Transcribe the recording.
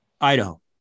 Idaho